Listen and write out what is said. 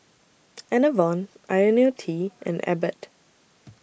Enervon Ionil T and Abbott